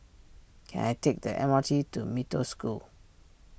can I take the M R T to Mee Toh School